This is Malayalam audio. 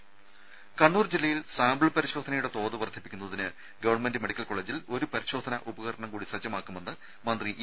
ദരര കണ്ണൂർ ജില്ലയിൽ സാമ്പിൾ പരിശോധനയുടെ തോത് വർധിപ്പിക്കുന്നതിന് ഗവൺമെന്റ് മെഡിക്കൽ കോളേജിൽ ഒരു പരിശോധനാ ഉപകരണം കൂടി സജ്ജമാക്കുമെന്ന് മന്ത്രി ഇ